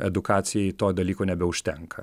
edukacijai to dalyko nebeužtenka